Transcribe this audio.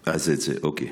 אוקיי,